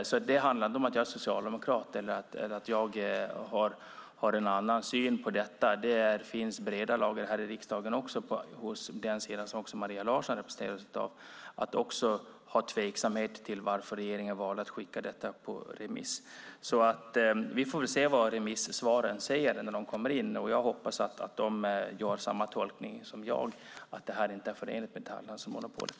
Detta handlar alltså inte om att jag är socialdemokrat. Det finns breda lager också bland partierna på den sida som Maria Larsson representerar som känner tveksamhet inför att regeringen har valt att skicka detta på remiss. Vi får väl se vad remissvaren säger när de kommer in. Jag hoppas att de gör samma tolkning som jag, alltså att detta inte är förenligt med detaljhandelsmonopolet.